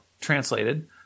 translated